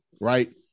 right